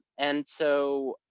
and so,